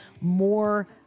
more